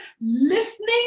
listening